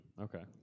Okay